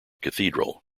cathedral